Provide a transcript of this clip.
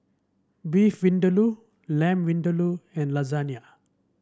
Beef Vindaloo Lamb Vindaloo and